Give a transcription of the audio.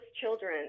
children